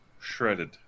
shredded